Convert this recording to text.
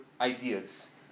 ideas